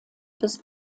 des